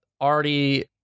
already